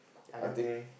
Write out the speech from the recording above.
I think